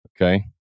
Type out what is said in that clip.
Okay